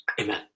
amen